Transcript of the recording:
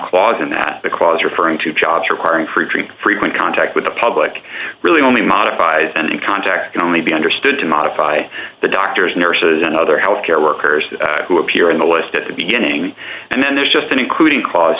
clause in that because referring to jobs requiring free frequent contact with the public really only modifies and in context can only be understood to modify the doctors nurses and other health care workers who appear in the list at the beginning and then there's just an including cla